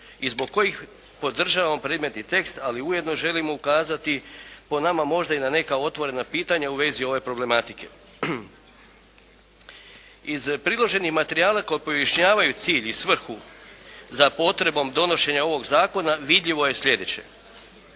i zbog kojih podržavamo predmetni tekst, ali ujedno želimo ukazati po nama možda i na neka otvorena pitanja u vezi ove problematike. Iz priloženih materijala koja pojašnjavaju cilj i svrhu za potrebom donošenja ovog zakona vidljivo je sljedeće.